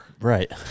Right